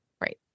Right